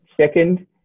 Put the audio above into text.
Second